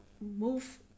Move